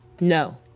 No